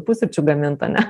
pusryčių gamint ane